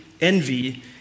envy